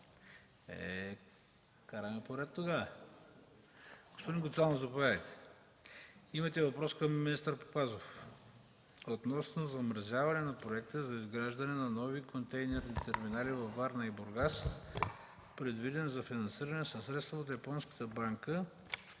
Продължаваме – господин Гуцанов, заповядайте. Имате въпрос към министър Папазов относно замразяване на Проекта за изграждане на нови контейнерни терминали във Варна и Бургас, предвиден за финансиране със средства от Японската банка